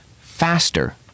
faster